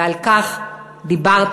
ועל כך דיברת,